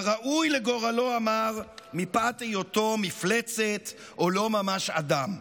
כראוי לגורלו המר מפאת היותו מפלצת או לא ממש אדם.